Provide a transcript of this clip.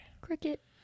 Cricket